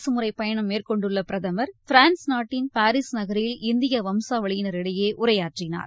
அரசு முறைப்பயணம் மேற்கொண்டுள்ள பிரதமர் பிரான்ஸ் நாட்டின் பாரிஸ் நகரில் இந்திய வம்சாவளியினரிடையே உரையாற்றினார்